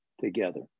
together